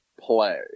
play